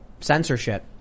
censorship